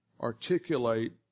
articulate